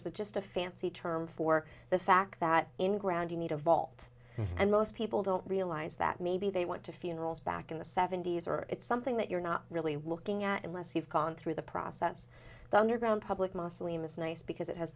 is a just a fancy term for the fact that in ground you need a vault and most people don't realize that maybe they want to funerals back in the seventy's or it's something that you're not really looking at unless you've gone through the process the underground public mausoleum is nice because it has